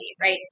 right